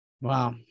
Wow